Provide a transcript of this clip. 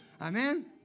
Amen